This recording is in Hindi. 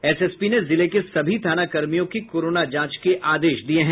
एसएसपी ने जिले के सभी थाना कर्मियों की कोरोना जांच के आदेश दिये हैं